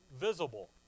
visible